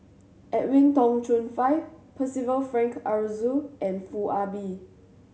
Edwin Tong Chun Fai Percival Frank Aroozoo and Foo Ah Bee